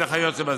וכיוצא בזה.